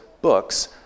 books